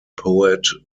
poet